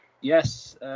Yes